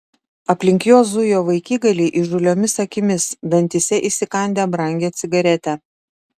aplink juos zujo vaikigaliai įžūliomis akimis dantyse įsikandę brangią cigaretę